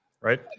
Right